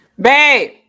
Babe